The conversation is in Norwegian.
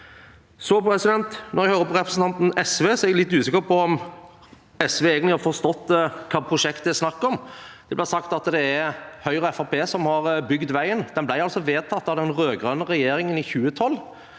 innført. Når jeg hører på representanten fra SV, er jeg litt usikker på om SV egentlig har forstått hvilket prosjekt det er snakk om. Det ble sagt at det er Høyre og Fremskrittspartiet som har bygd veien. Den ble altså vedtatt av den rød-grønne regjeringen i 2012.